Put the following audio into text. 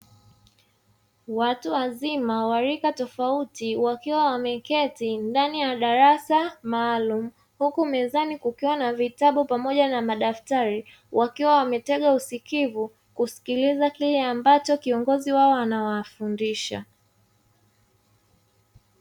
Watu wazima wa rika tofauti wakiwa wameketi ndani ya darasa maalum, huku mezani kukiwa na vitabu pamoja na madaftari wakiwa wametega usikivu kusikiliza kile ambacho kiongozi wao anawafundisha.